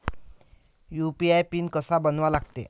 UPI PIN कसा बनवा लागते?